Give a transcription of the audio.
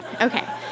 Okay